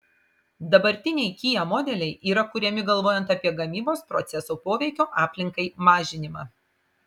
dabartiniai kia modeliai yra kuriami galvojant apie gamybos proceso poveikio aplinkai mažinimą